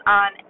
on